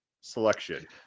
selection